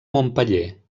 montpeller